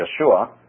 Yeshua